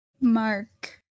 Mark